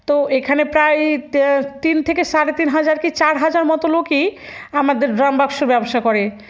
তো এখানে প্রায় তিন থেকে সাড়ে তিন হাজার কি চার হাজার মতো লোকই আমাদের ড্রামবাক্স ব্যবসা করে